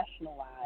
nationalize